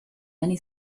many